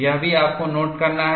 यह भी आपको नोट करना है